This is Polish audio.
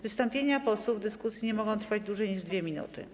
Wystąpienia posłów w dyskusji nie mogą trwać dłużej niż 2 minuty.